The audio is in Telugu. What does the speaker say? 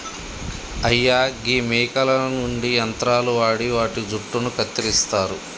అయ్యా గీ మేకల నుండి యంత్రాలు వాడి వాటి జుట్టును కత్తిరిస్తారు